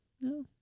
No